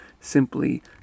simply